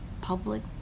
public